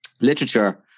literature